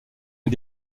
est